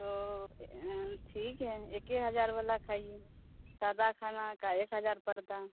تو ٹھیک ہے ایک ہی ہزار والا کھائیے سادہ کھانا کا ایک ہزار پڑتا ہے